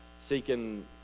seeking